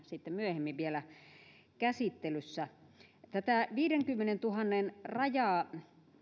sitten myöhemmin vielä käsittelyssä tätä viidenkymmenentuhannen rajaa